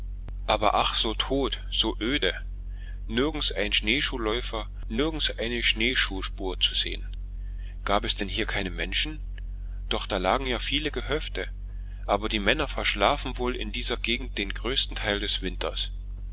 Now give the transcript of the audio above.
aber ach so tot so öde nirgends ein schneeschuhläufer nirgends eine schneeschuhspur zu sehen gab es denn hier keine menschen doch da lagen ja viele gehöfte aber die männer verschlafen wohl in dieser gegend des landes den größten teil des winters